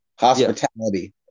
hospitality